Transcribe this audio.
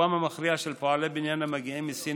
רובם המכריע של פועלי הבניין המגיעים מסין